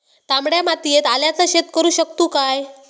तामड्या मातयेत आल्याचा शेत करु शकतू काय?